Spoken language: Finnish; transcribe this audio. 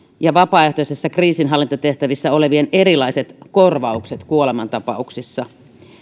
ja vapaaehtoisissa kriisinhallintatehtävissä olevien erilaiset korvaukset kuolemantapauksissa